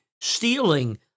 stealing